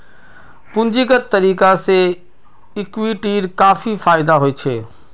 पूंजीगत तरीका से इक्विटीर काफी फायेदा होछे